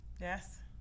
Yes